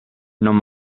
non